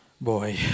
Boy